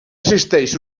existeix